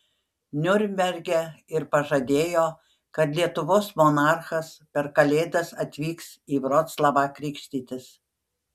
niurnberge ir pažadėjo kad lietuvos monarchas per kalėdas atvyks į vroclavą krikštytis